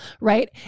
Right